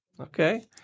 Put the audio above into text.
Okay